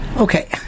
Okay